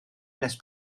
nes